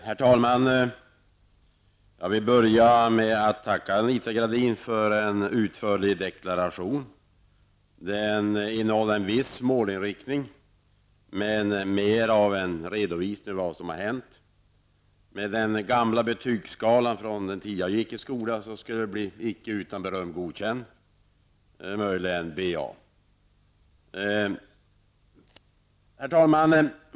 Herr talman! Jag vill börja med att tacka Anita Gradin för en utförlig deklaration. Den innehåller en viss målinriktning, men huvudsakligen en redovisning av vad som har hänt. Med den gamla betygsskalan från den tid då jag gick i skolan skulle det bli icke utan berömd godkänt, eller Ba. Herr talman!